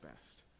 best